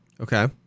Okay